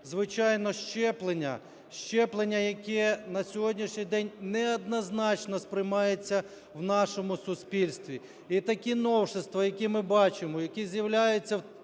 звичайно – щеплення. Щеплення, яке на сьогоднішній день неоднозначно сприймається в нашому суспільстві, і такі новшевства, які ми бачимо, які з'являються